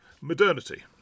modernity